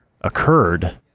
occurred